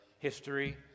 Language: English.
History